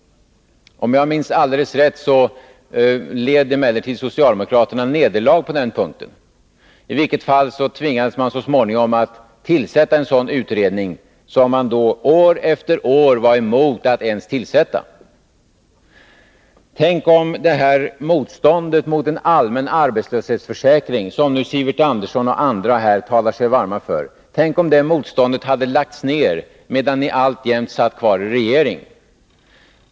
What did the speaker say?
Om jag minns alldeles rätt, led emellertid socialdemokraterna nederlag på den punkten. I varje fall tvingades de så småningom att tillsätta en sådan utredning som de år efter år var emot att ens tillsätta. Tänk om motståndet mot en allmän arbetslöshetsförsäkring — en försäkring som nu Sivert Andersson och andra här talar sig varma för — hade lagts ner medan ni alltjämt satt kvar i regeringsställning!